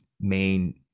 main